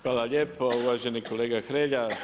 Hvala lijepo uvaženi kolega Hrelja.